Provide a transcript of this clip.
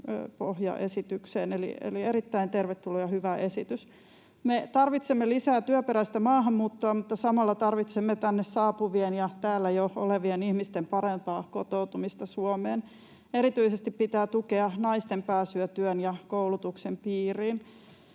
pohjaesitykseen. Eli erittäin tervetullut ja hyvä esitys. Me tarvitsemme lisää työperäistä maahanmuuttoa, mutta samalla tarvitsemme tänne saapuvien ja täällä jo olevien ihmisten parempaa kotoutumista Suomeen. Erityisesti pitää tukea naisten pääsyä työn ja koulutuksen piiriin.